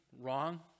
wrong